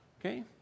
Okay